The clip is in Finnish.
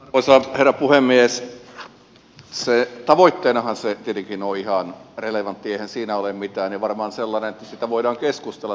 tavoitteenahan se normien purku tietenkin on ihan relevantti eihän siinä ole mitään ja varmaan sellainen että siitä voidaan keskustella